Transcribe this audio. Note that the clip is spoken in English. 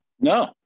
No